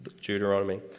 Deuteronomy